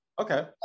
Okay